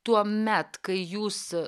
tuomet kai jūs